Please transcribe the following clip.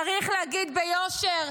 צריך להגיד ביושר,